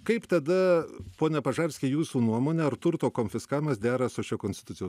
kaip tada pone pažarski jūsų nuomone ar turto konfiskavimas dera su šia konstitucijos